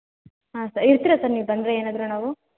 ಹಾಂ ಸರ್ ಇರ್ತೀರಾ ಸರ್ ನೀವು ಬಂದರೆ ಏನಾದರೂ ನಾವು